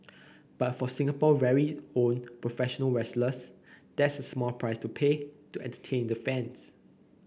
but for Singapore's very own professional wrestlers that's a small price to pay to entertain the fans